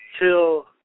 till